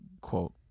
quote